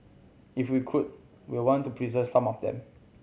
if we could we want to preserve some of them